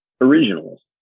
originals